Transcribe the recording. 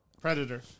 Predator